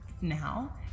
now